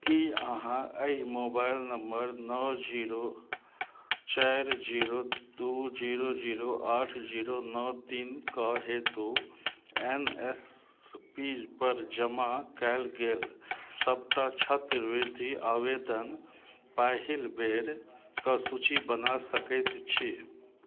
की अहाँ एहि mobile number नओ जीरो चारि जीरो दू जीरो जीरो आठ जीरो नओ तीनके हेतु एन एस पी पर जमा कयल गेल सबटा छात्रवृति आवेदन पहिल बेरके सूची बना सकैत छी